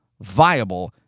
viable